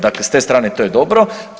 Dakle s te strane to je dobro.